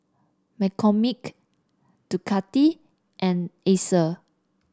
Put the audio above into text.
McCormick Ducati and Acer